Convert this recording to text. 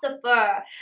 philosopher